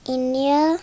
India